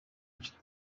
inshuti